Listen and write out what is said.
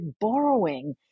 borrowing